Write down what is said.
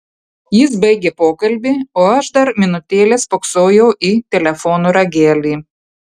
jis baigė pokalbį o aš dar minutėlę spoksojau į telefono ragelį